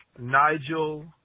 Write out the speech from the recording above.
Nigel